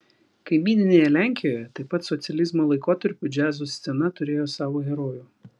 kaimyninėje lenkijoje taip pat socializmo laikotarpiu džiazo scena turėjo savo herojų